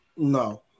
No